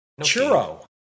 Churro